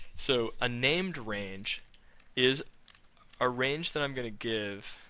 so, a named range is a range that i'm going to give.